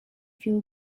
feel